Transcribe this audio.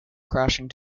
crashing